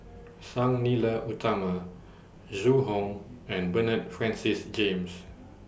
Sang Nila Utama Zhu Hong and Bernard Francis James